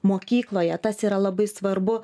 mokykloje tas yra labai svarbu